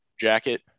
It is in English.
jacket